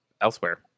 elsewhere